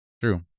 True